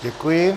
Děkuji.